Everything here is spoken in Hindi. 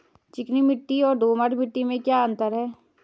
चिकनी मिट्टी और दोमट मिट्टी में क्या क्या अंतर है?